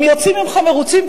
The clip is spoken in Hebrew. הם יוצאים ממך מרוצים,